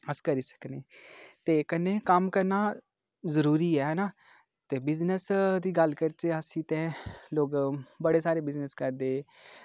अस करी सकने ते कन्नै कम्म करना जरूरी ऐ हैना ते बिज़नेस दी गल्ल करचै अस ते लोग बड़े सारे बिज़नेस करदे